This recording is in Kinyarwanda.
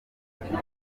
bagiye